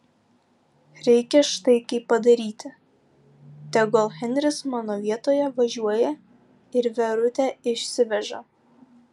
reikia štai kaip padaryti tegul henris mano vietoje važiuoja ir verutę išsiveža